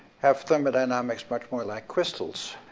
have thermodynamics much more like crystals,